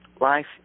life